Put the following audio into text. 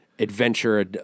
adventure